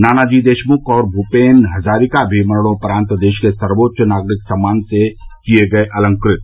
नानाजी देशमुख और भूपेन हजारिका भी मरणोपरान्त देश के सर्वोच्च नागरिक सम्मान से किए गये अलंकृत